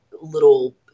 little